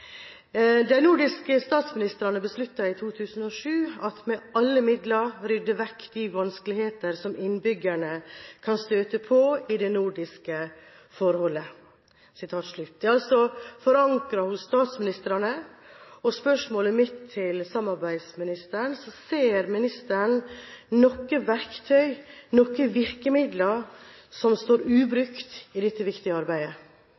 De nordiske statsministrene besluttet i 2007 å «med alle midler rydde vekk de vanskeligheter som innbyggerne kan støte på i det nordiske forholdet». Det er altså forankret hos statsministrene. Spørsmålet mitt til samarbeidsministeren er: Ser ministeren noe verktøy – noen virkemidler – som står ubrukt i dette viktige arbeidet?